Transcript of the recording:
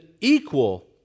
equal